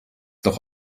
doch